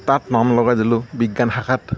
তাত নাম লগাই দিলোঁ বিজ্ঞান শাখাত